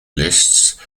lists